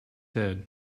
head